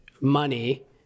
money